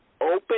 open